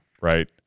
right